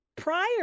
Prior